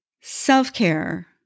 Self-care